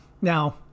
Now